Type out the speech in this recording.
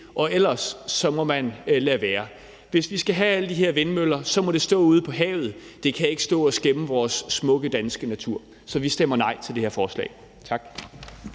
Ellers må man lade være. Hvis vi skal have alle de her vindmøller, må de stå ude på havet. De kan ikke stå og skæmme vores smukke danske natur, så vi stemmer nej til det her forslag. Tak.